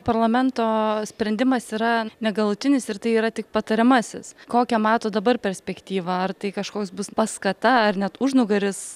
parlamento sprendimas yra negalutinis ir tai yra tik patariamasis kokią matot dabar perspektyvą ar tai kažkoks bus paskata ar net užnugaris